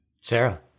Sarah